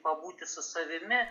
pabūti su savimi